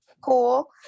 cool